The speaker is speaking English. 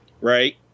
right